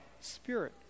spirit